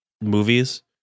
movies